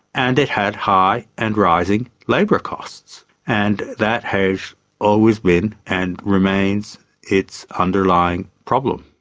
and it had high and rising labour costs. and that has always been and remains its underlying problem.